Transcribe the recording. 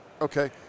Okay